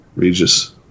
Regis